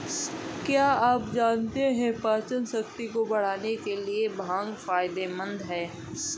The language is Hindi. क्या आप जानते है पाचनशक्ति को बढ़ाने के लिए भांग फायदेमंद है?